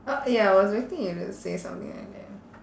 orh ya I was expecting you to say something like that